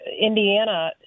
Indiana